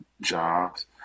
jobs